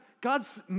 God's